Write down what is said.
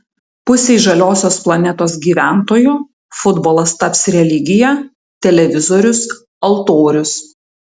pusei žaliosios planetos gyventojų futbolas taps religija televizorius altorius